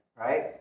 right